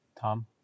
Tom